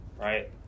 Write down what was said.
right